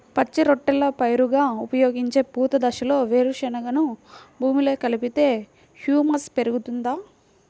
పచ్చి రొట్టెల పైరుగా ఉపయోగించే పూత దశలో వేరుశెనగను భూమిలో కలిపితే హ్యూమస్ పెరుగుతుందా?